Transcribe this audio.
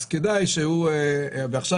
עכשיו,